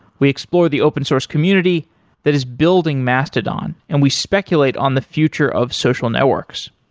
we explore the open source community that is building mastodon and we speculate on the future of social networks.